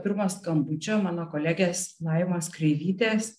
pirmo skambučio mano kolegės laimos kreivytės